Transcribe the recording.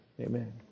Amen